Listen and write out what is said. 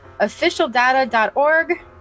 officialdata.org